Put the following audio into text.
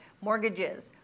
mortgages